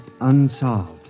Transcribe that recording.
unsolved